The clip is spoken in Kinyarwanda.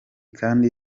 kandi